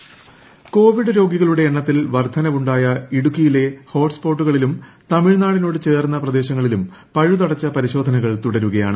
Idukki intro Covid രോഗികളുടെ എണ്ണത്തിൽ വർദ്ധനവുണ്ടായ ഇടുക്കിയിലെ ഹോട്ട്സ്പോട്ടുകളിലും തമിഴ്നാടിനോടു ചേർന്ന പ്രദേശങ്ങളിലും പഴുതടച്ച പരിശോധനകൾ തുടരുകയാണ്